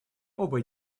оба